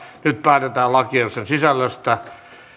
nyt päätetään lakiehdotuksen sisällöstä